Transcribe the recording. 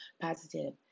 positive